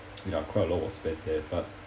ya quite a lot was spent there but